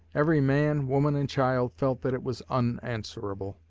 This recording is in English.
every man, woman, and child felt that it was unanswerable.